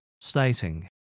stating